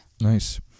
Nice